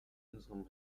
unserem